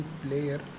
player